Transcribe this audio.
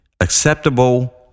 acceptable